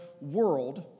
world